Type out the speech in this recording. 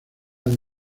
del